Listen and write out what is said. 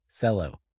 Cello